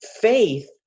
faith